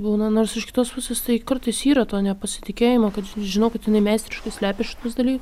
būna nors iš kitos pusės tai kartais yra to nepasitikėjimo kad ži žinau kad jinai meistriškai slepia šitus daly